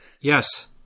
Yes